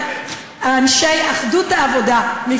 אחדות העבודה.